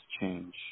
change